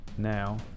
now